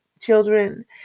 children